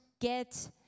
get